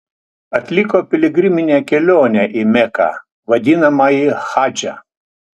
atliko piligriminę kelionę į meką vadinamąjį hadžą